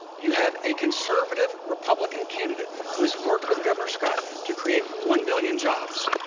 you have a conservative republican candidate who has worked with governor scott to create one million jobs.